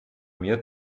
mir